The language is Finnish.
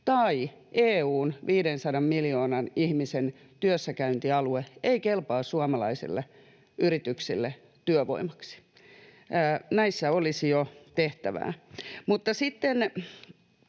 tai EU:n 500 miljoonan ihmisen työssäkäyntialue ei kelpaa suomalaisille yrityksille työvoimaksi. Näissä olisi jo tehtävää. Mutta sitten,